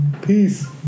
Peace